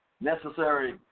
Necessary